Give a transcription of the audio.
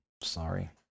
Sorry